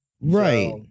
Right